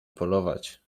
polować